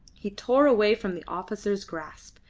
he tore away from the officer's grasp,